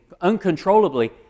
uncontrollably